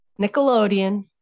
Nickelodeon